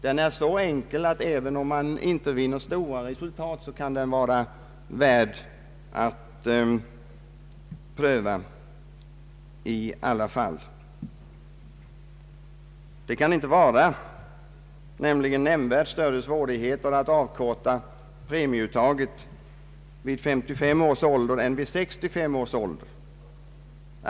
Den är så enkel att den kan vara värd att pröva, även om man inte uppnår några stora resultat. Det kan nämligen inte vara nämnvärt större svårigheter med att avkorta premieuttaget vid 55 års ålder än att göra det vid 65 års ålder.